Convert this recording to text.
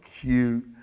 cute